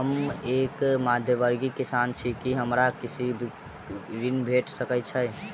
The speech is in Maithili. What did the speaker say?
हम एक मध्यमवर्गीय किसान छी, की हमरा कृषि ऋण भेट सकय छई?